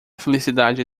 felicidade